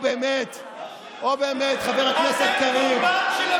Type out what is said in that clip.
עצמכם ושל השחיתות שלכם, לא של השמאל.